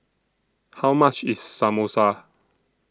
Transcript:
How much IS Samosa